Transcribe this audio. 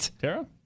Tara